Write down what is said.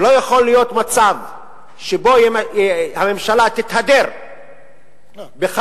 ולא יכול להיות מצב שבו הממשלה תתהדר בכך,